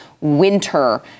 Winter